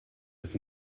was